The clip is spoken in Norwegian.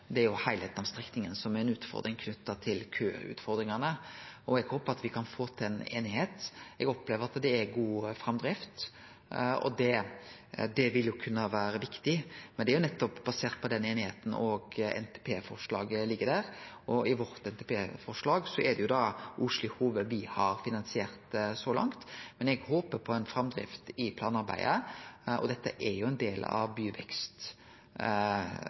Det er heilskapen i strekninga som er ei utfordring, knytt til køutfordringane. Eg håper me kan få til ei einigheit. Eg opplever at det er god framdrift, og det vil kunne vere viktig, men det er nettopp basert på einigheita og at NTP-forslaget ligg der. I vårt NTP-forslag er det Hove–Osli me har finansiert så langt, men eg håper på ei framdrift i planarbeidet. Dette er ein del av